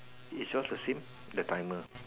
is yours the same the timer